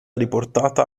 riportata